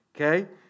okay